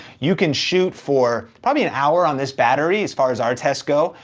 you can shoot for probably an hour on this battery, as far as our tests go.